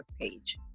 page